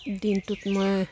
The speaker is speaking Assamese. দিনটোত মই